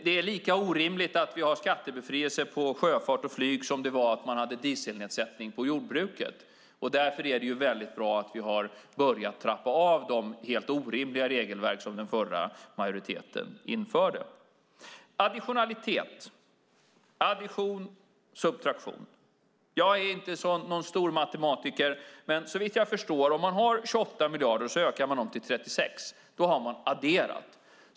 Det är lika orimligt att vi har skattebefrielse för sjöfart och flyg som att man hade dieselnedsättning för jordbruket. Därför är det väldigt bra att vi har börjat trappa ned de helt orimliga regelverk som den förra majoriteten införde. Additionalitet, addition och subtraktion - jag är inte någon stor matematiker men såvitt jag förstår är det så att om man har 28 miljarder och ökar dem till 36 har man adderat.